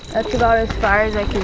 that's about as far as i